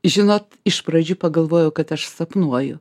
žinot iš pradžių pagalvojau kad aš sapnuoju